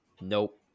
Nope